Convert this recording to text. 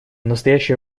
настоящее